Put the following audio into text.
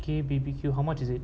K_B_B_Q how much is it